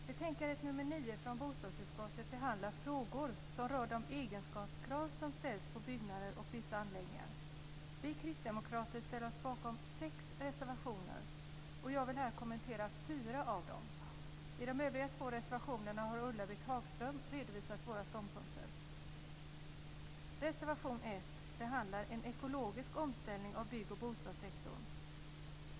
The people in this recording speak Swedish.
Fru talman! Betänkande nr 9 från bostadsutskottet behandlar frågor som rör de egenskapskrav som ställs på byggnader och vissa anläggningar. Vi kristdemokrater ställer oss bakom sex reservationer, och jag vill här kommentera fyra av dem. När det gäller de två övriga reservationerna har Ulla-Britt Hagström redovisat våra ståndpunkter. Reservation nr 1 behandlar en ekologisk omställning av bygg och bostadssektorn.